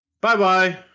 bye-bye